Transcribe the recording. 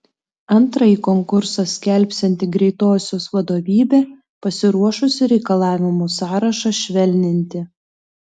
antrąjį konkursą skelbsianti greitosios vadovybė pasiruošusi reikalavimų sąrašą švelninti